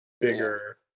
bigger